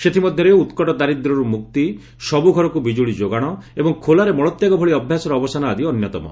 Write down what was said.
ସେଥିମଧ୍ୟରେ ଉତ୍କଟ ଦାରିଦ୍ୟରୁ ମୁକ୍ତି ସବୁଘରକୁ ବିଜୁଳି ଯୋଗାଣ ଏବଂ ଖୋଲାରେ ମଳତ୍ୟାଗ ଭଳି ଅଭ୍ୟାସର ଅବସାନ ଆଦି ଅନ୍ୟତମ